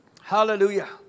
Hallelujah